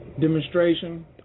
demonstration